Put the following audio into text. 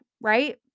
right